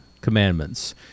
commandments